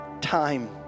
time